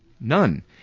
None